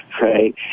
Right